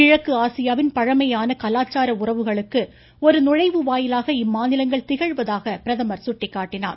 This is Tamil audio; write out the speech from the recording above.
கிழக்கு ஆசியாவின் பழமையான கலாச்சார உறவுகளுக்கு ஒரு நுழைவு வாயிலாக இம்மாநிலங்கள் திகழ்வதாக சுட்டிக்காட்டினார்